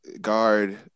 guard